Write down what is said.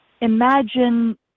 Imagine